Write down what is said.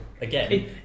again